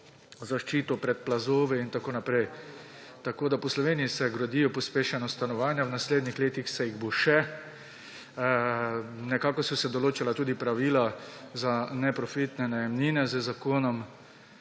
zaščito pred plazovi in tako naprej. Tako se po Sloveniji gradijo pospešeno stanovanja, v naslednjih letih se bodo še. Nekako so se določala tudi pravila za neprofitne najemnine z zakonom.